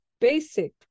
basic